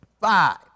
Five